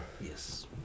Yes